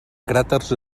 cràters